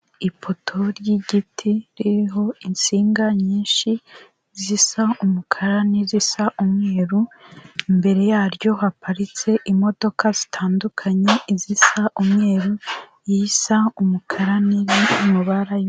Ipoto ry'igiti ririho insinga nyinshi zisa umukara n'izisa umweru, imbere yaryo haparitse imodoka zitandukanye, izisa umweru, isa umukara n'indi iri mu mabara y'umutuku.